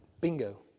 bingo